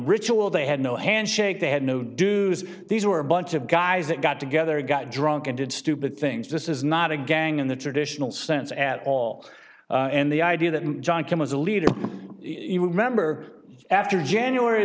ritual they had no handshake they had no dues these were a bunch of guys that got together got drunk and did stupid things this is not a gang in the traditional sense at all and the idea that john king was a leader you remember after january